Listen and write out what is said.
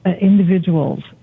individuals